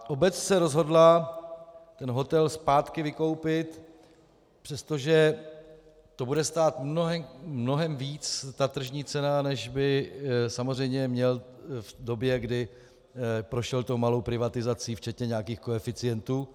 Obec se rozhodla ten hotel zpátky vykoupit přesto, že to bude stát mnohem víc, ta tržní cena, než by samozřejmě měl v době, kdy prošel malou privatizací včetně nějakých koeficientů.